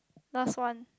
last one